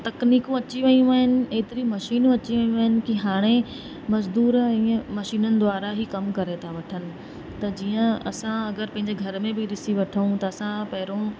तकनीकूं अची वियूं आहिनि एतिरी मशीनियूं अची वियूं आहिनि की हाणे मजदूर ईअं मशीननि द्वारा ई कम करे था वठनि त जीअं अगरि असां पंहिंजे घर में बि ॾिसी वठूं त असां पहिरियों